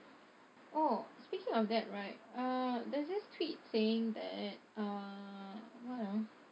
oh speaking of that right uh there's this tweet saying that uh what ah